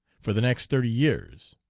for the next thirty years!